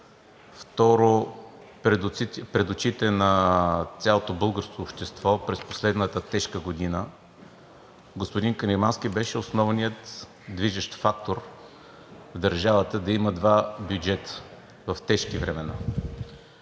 Второ, пред очите на цялото българско общество през последната тежка година господин Каримански беше основният движещ фактор държавата да има два бюджета в тежки времена.